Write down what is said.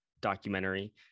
documentary